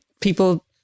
people